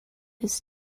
his